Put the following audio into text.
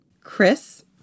Chris